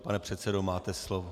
Pane předsedo, máte slovo.